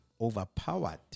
overpowered